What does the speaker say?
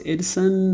Edison